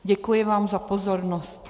Děkuji vám za pozornost.